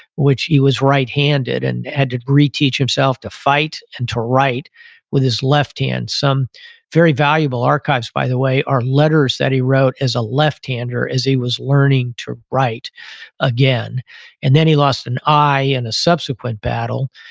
which he was right handed and had to reteach himself to fight and to write with his left hand. some very valuable archives, by the way, are letters that he wrote as a left-hander as he was learning to write again and then he lost an eye in a subsequent battle.